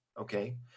okay